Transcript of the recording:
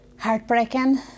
Heartbreaking